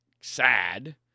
sad